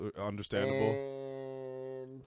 understandable